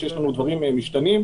שיש לנו דברים משתנים.